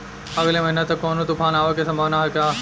अगले महीना तक कौनो तूफान के आवे के संभावाना है क्या?